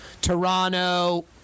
Toronto